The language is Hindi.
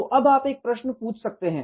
तो अब आप एक प्रश्न पूछ सकते हैं